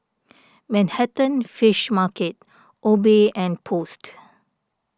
Manhattan Fish Market Obey and Post